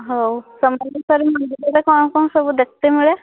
ହଉ ସମଲେଶ୍ୱରୀ ମନ୍ଦିରରେ କ'ଣ କ'ଣ ସବୁ ଦିଖିତେ ମିଳେ